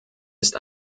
ist